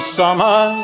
summer